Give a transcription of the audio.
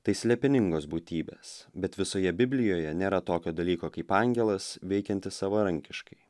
tai slėpiningos būtybės bet visoje biblijoje nėra tokio dalyko kaip angelas veikiantis savarankiškai